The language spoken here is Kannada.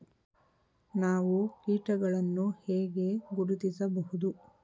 ನಾವು ಕೀಟಗಳನ್ನು ಹೇಗೆ ಗುರುತಿಸಬಹುದು?